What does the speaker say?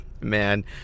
man